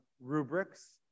rubrics